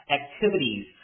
activities